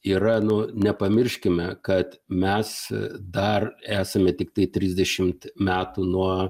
yra nu nepamirškime kad mes dar esame tiktai trisdešimt metų nuo